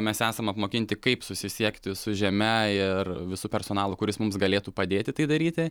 mes esam apmokinti kaip susisiekti su žeme ir visu personalu kuris mums galėtų padėti tai daryti